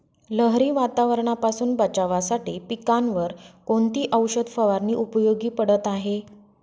लहरी वातावरणापासून बचावासाठी पिकांवर कोणती औषध फवारणी उपयोगी पडत आहे?